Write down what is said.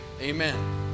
Amen